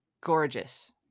gorgeous